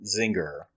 zinger